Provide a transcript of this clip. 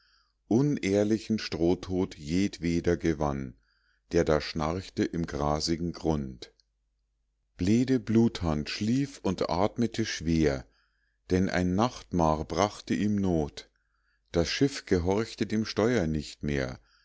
unehrlichen strohtod jedweder gewann der da schnarchte im grasigen grund bleede bluthand schlief und atmete schwer denn ein nachtmahr brachte ihm not das schiff gehorchte dem steuer nicht mehr